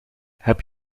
heb